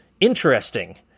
interesting